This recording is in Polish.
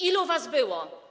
Ilu was było?